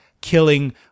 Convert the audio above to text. Killing